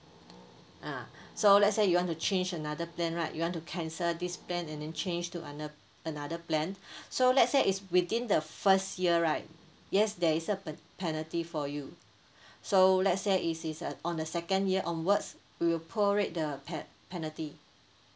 ah so let's say you want to change another plan right you want to cancel this plan and then change to ano~ another plan so let's say it's within the first year right yes there is a pen~ penalty for you so let's say it is uh on the second year onwards we will prorate the pen~ penalty